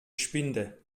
spinde